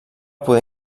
poder